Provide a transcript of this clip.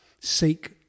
seek